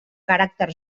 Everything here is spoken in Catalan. caràcter